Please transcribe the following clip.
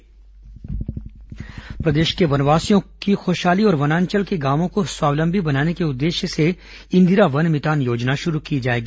इंदिरा वन मितान योजना प्रदेश के वनवासियों की खुशहाली और वनांचल के गांवों को स्वावलंबी बनाने के उद्देश्य से इंदिरा वन मितान योजना शुरू की जाएगी